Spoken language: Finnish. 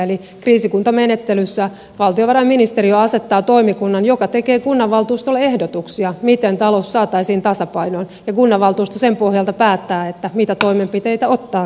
eli kriisikuntamenettelyssä valtiovarainministeriö asettaa toimikunnan joka tekee kunnanvaltuustolle ehdotuksia miten talous saataisiin tasapainoon ja kunnanvaltuusto sen pohjalta päättää mitä toimenpiteitä ottaa käyttöön